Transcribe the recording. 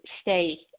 stay